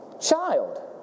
child